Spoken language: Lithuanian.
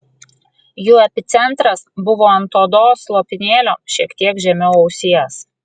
jų epicentras buvo ant odos lopinėlio šiek tiek žemiau ausies